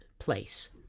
place